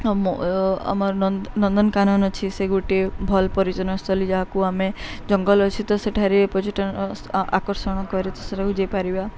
ଆମର ନନ୍ଦନକାନନ ଅଛି ସେ ଗୋଟିଏ ଭଲ୍ ପରିଜନସ୍ଥଳୀ ଯାହାକୁ ଆମେ ଜଙ୍ଗଲ ଅଛି ତ ସେଠାରେ ପର୍ଯ୍ୟଟନ ଆକର୍ଷଣ କରି ସେଇଟାକୁ ଯାଇପାରିବା